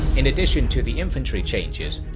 in addition to the infantry changes,